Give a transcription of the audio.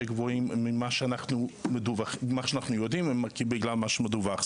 גבוהים ממה שאנחנו יודעים בגלל מה שמדווח.